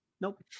nope